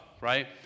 right